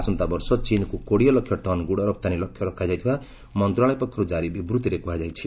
ଆସନ୍ତା ବର୍ଷ ଚୀନ୍କୁ କୋଡ଼ିଏ ଲକ୍ଷ ଟନ୍ ଗୁଡ଼ ରପ୍ତାନୀ ଲକ୍ଷ୍ୟ ରଖାଯାଇଥିବା ମନ୍ତ୍ରଣାଳୟ ପକ୍ଷରୁ କାରି ବିବୃଭିରେ କୁହାଯାଇଛି